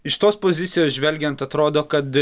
iš tos pozicijos žvelgiant atrodo kad